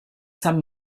san